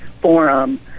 forum